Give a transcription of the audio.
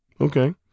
okay